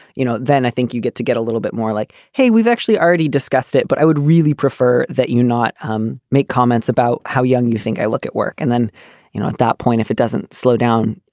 you know, then i think you get to get a little bit more like, hey, we've actually already discussed it. but i would really prefer that you not um make comments about how young you think i look at work. and then, you know, at that point, if it doesn't slow down,